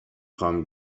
خوام